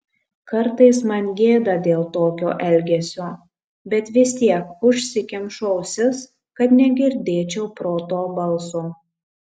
kartais man gėda dėl tokio elgesio bet vis tiek užsikemšu ausis kad negirdėčiau proto balso